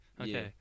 okay